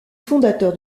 fondateur